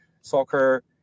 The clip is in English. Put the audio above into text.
soccer